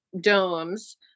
domes